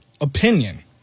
opinion